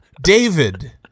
David